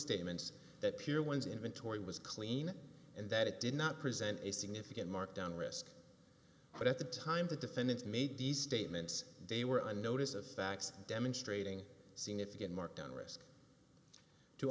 statements that peer ones inventory was clean and that it did not present a significant markdown risk but at the time the defendants made these statements they were on notice of facts demonstrating significant markdown risk to